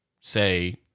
say